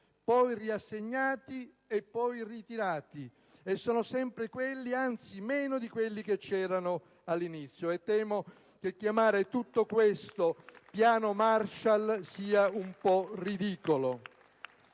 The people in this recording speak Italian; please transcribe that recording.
poi riassegnati e dopo ritirati; sono sempre quelli, anzi meno di quelli che c'erano all'inizio. Temo che chiamare tutto questo Piano Marshall sia un po' ridicolo.